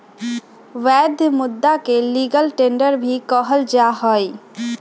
वैध मुदा के लीगल टेंडर भी कहल जाहई